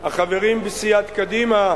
החברים בסיעת קדימה,